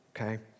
Okay